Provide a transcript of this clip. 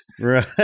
Right